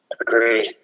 agree